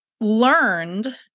learned